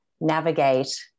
navigate